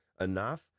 enough